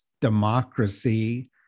democracy